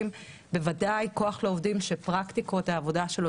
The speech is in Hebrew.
בוודאי כוח לעובדים שפרקטיקות העבודה שלו